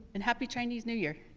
and happy chinese new year.